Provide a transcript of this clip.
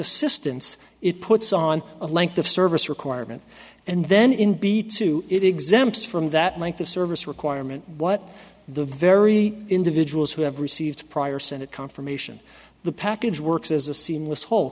assistance it puts on a length of service requirement and then in b two it exempts from that length of service requirement what the very individuals who have received prior senate confirmation the package works as a seamless whole